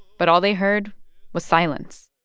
but all they heard was silence.